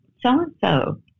so-and-so